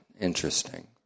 Interesting